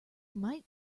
might